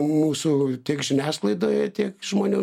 mūsų tiek žiniasklaidoje tiek žmonių